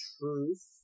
truth